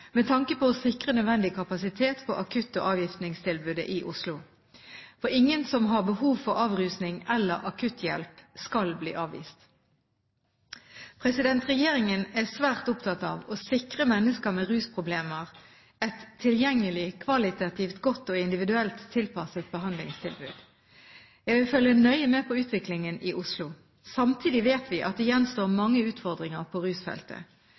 med tanke på å sikre nødvendig kapasitet på akutt- og avgiftningstilbudet i Oslo. Ingen som har behov for avrusning eller akutthjelp, skal – som sagt – bli avvist. Regjeringen er svært opptatt av å sikre mennesker med rusproblemer et tilgjengelig, kvalitativt godt og individuelt tilpasset behandlingstilbud. Jeg vil følge nøye med på utviklingen i Oslo. Samtidig vet vi at det gjenstår mange utfordringer på rusfeltet.